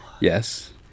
Yes